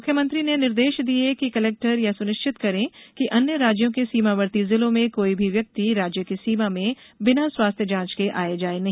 मुख्यमंत्री ने निर्देश दिए कि कलेक्टर यह सुनिश्चित करें कि अन्य राज्यों के सीमावर्ती जिलों में कोई भी व्यक्ति राज्य की सीमा में बिना स्वास्थ्य जांच के आए जाए नहीं